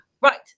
Right